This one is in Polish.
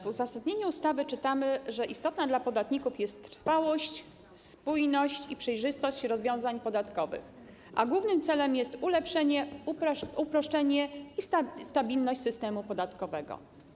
W uzasadnieniu ustawy czytamy, że istotna dla podatników jest trwałość, spójność i przejrzystość rozwiązań podatkowych, a głównym celem jest ulepszenie, uproszczenie i stabilność systemu podatkowego.